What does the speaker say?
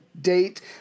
date